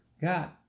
God